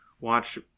watch